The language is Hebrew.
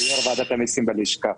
ויושב-ראש ועדת המסים בלשכה.